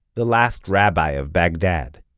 the last rabbi of baghdad.